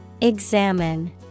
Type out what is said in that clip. Examine